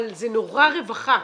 אבל זה נורא רווחה.